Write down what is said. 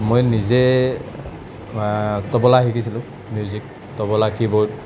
মই নিজে তবলা শিকিছিলোঁ মিউজিক তবলা কীবৰ্ড